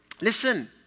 Listen